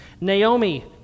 Naomi